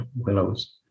willows